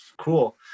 cool